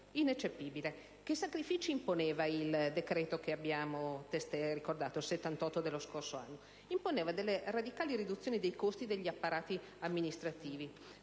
ineccepibile. Che sacrifici imponeva il decreto-legge n. 78 che abbiamo testé ricordato dello scorso anno? Imponeva delle radicali riduzioni dei costi degli apparati amministrativi,